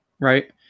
right